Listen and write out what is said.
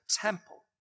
temple